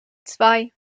zwei